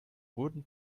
wooden